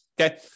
Okay